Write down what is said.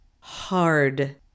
hard